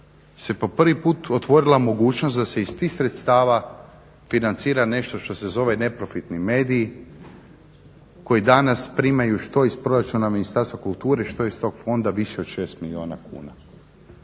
se po prvi puta otvorila mogućnost da se iz tih sredstva financira nešto što se zove neprofitni mediji koji danas primaju što iz proračuna Ministarstva kulture, što iz tog fonda više od 6 milijuna kuna.